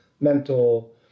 mental